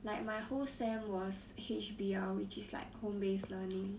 like my whole sem was H_B_L which is like home based learning